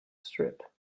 strip